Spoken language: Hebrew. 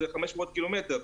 זה 500 ק"מ,